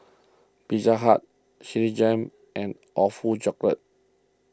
Pizza Hut Citigem and Awfully Chocolate